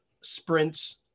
sprints